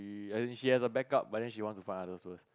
she has a backup but then she wants to find others first